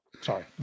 sorry